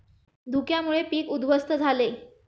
धुक्यामुळे पीक उध्वस्त झाले